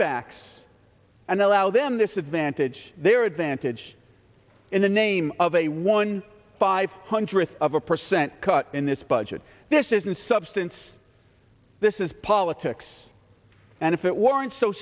backs and allow them this advantage their advantage in the name of a one five hundredth of a percent cut in this budget this isn't substance this is politics and if it weren't so